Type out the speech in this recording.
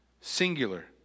singular